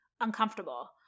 uncomfortable